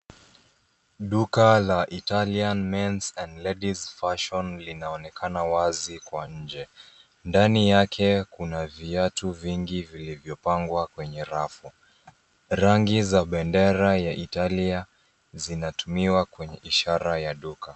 Duka la Italian Men's and Ladies' Fashion linaonekana wazi kwa nje. Ndani yake kuna viatu vingi vilivyopangwa kwenye rafu. Rangi za bendera ya Italia zinatumiwa kwenye ishara ya duka.